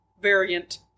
variant